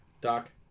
Doc